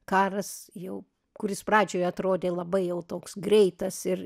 karas jau kuris pradžioj atrodė labai jau toks greitas ir